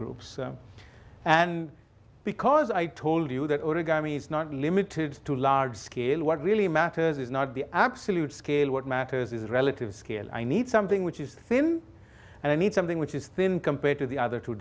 groups and because i told you that origami is not limited to large scale what really matters is not the absolute scale what matters is relative scale i need something which is thin and i need something which is thin compared to the other two